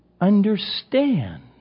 understand